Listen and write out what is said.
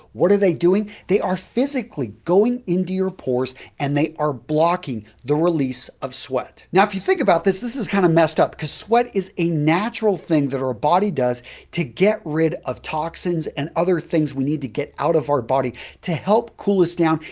what are they doing? they are physically going into your pores and they are blocking the release of sweat. now, if you think about this, this is kind of messed up because sweat is a natural thing that our body does to get rid of toxins and other things we need to get out of our body to help cool us down.